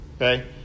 Okay